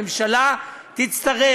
אז המציאות תהיה שבלאו הכי הממשלה תצטרך